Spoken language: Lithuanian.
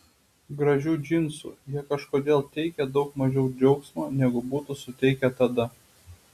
gražių džinsų jie kažkodėl teikia daug mažiau džiaugsmo negu būtų suteikę tada